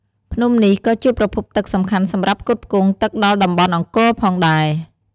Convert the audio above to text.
ភ្នំនេះក៏ជាប្រភពទឹកសំខាន់សម្រាប់ផ្គត់ផ្គង់ទឹកដល់តំបន់អង្គរផងដែរ។